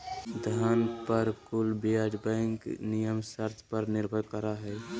धन पर कुल ब्याज बैंक नियम शर्त पर निर्भर करो हइ